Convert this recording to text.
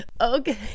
Okay